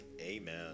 Amen